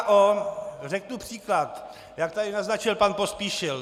CHKO řeknu příklad, jak tady naznačil pan Pospíšil.